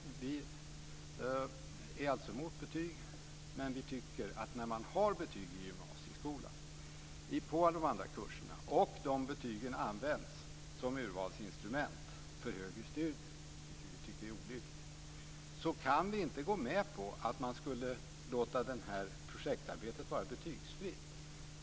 Vi är alltså mot betyg, men vi tycker att när man har betyg i gymnasieskolan på de andra kurserna och de betygen används som urvalsinstrument för högre studier - vilket vi tycker är olyckligt - kan vi inte gå med på att man skulle låta projektarbetet vara betygsfritt.